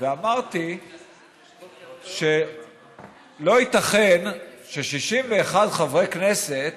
ואמרתי שלא ייתכן ש-61 חברי כנסת